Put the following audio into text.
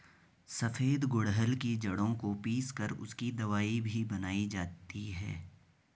सफेद गुड़हल की जड़ों को पीस कर उसकी दवाई भी बनाई जाती है